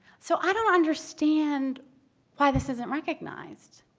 so i don't understand why this isn't recognized.